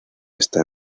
está